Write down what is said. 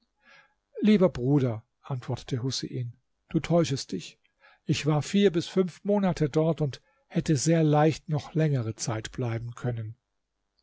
lieber bruder antwortete husein du täuschest dich ich war vier bis fünf monate dort und hätte sehr leicht noch längere zeit bleiben können